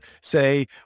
say